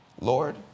Lord